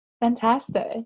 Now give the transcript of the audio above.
Fantastic